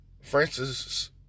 Francis